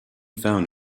found